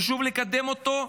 חשוב לקדם אותו,